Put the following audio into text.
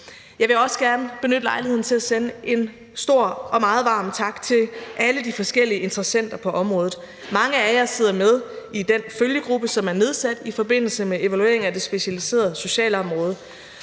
Jeg vil også gerne benytte lejligheden til at sende en stor og meget varm tak til alle de forskellige interessenter på området. Mange af jer sidder med i den følgegruppe, som er nedsat i forbindelse med evalueringen af det specialiserede socialområde,